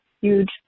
huge